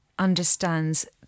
understands